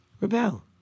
Rebel